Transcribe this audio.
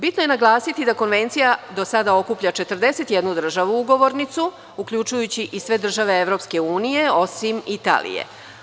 Bitno je naglasiti da Konvencija do sada okuplja 41 državu ugovornicu, uključujući i države EU osim Italije.